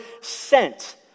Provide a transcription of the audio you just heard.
sent